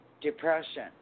depression